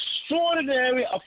extraordinary